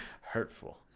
Hurtful